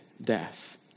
death